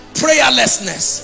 prayerlessness